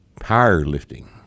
powerlifting